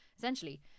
essentially